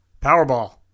Powerball